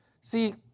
See